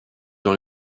dans